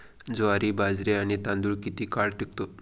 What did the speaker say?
ज्वारी, बाजरी आणि तांदूळ किती काळ टिकतो?